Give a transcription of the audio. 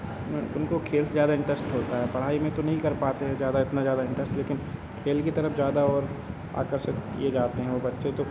इसमें उनको खेल से ज़्यादा इन्टरस्ट होता है पढ़ाई में तो नहीं कर पाते हैं ज़्यादा इतना ज़्यादा इन्टरस्ट लेकिन खेल की तरफ ज़्यादा और आकर्षित किए जाते हैं वे बच्चे तो